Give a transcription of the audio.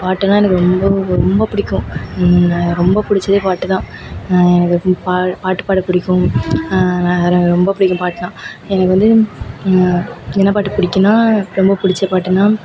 பாட்டெல்லாம் எனக்கு ரொம்ப ரொம்ப ரொம்ப பிடிக்கும் ரொம்ப பிடிச்சதே பாட்டு தான் நான் எனக்கு ஃபீ பா பாட்டு பாட பிடிக்கும் ர ரொம்ப பிடிக்கும் பாட்டு தான் எனக்கு வந்து என்ன பாட்டு பிடிக்குன்னா ரொம்ப பிடிச்ச பாட்டுன்னா